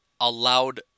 allowed